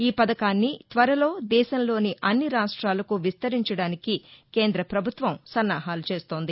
ఈ పథకాన్ని త్వరలో దేశంలోని అన్ని రాష్ట్రాలకు విస్తరించడానికి కేంద్రద పభుత్వం సన్నాహాలు చేస్తోంది